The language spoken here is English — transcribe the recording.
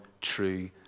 true